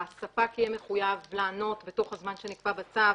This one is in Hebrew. הספק יהיה מחויב לענות בתוך הזמן שנקבע בצו,